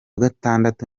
gatandatu